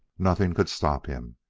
nothing could stop him!